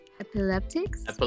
epileptics